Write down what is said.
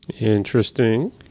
Interesting